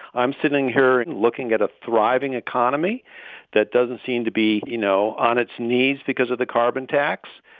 i'm sitting here looking at a thriving economy that doesn't seem to be, you know, on its knees because of the carbon tax.